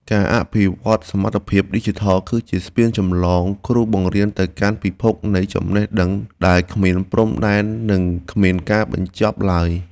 ការអភិវឌ្ឍសមត្ថភាពឌីជីថលគឺជាស្ពានចម្លងគ្រូបង្រៀនទៅកាន់ពិភពនៃចំណេះដឹងដែលគ្មានព្រំដែននិងគ្មានការបញ្ចប់ឡើយ។